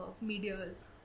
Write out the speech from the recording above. media's